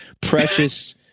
precious